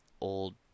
old